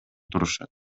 турушат